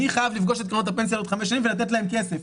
אני חייב לפגוש את קרנות הפנסיה בעוד חמש שנים ולתת להם כסף,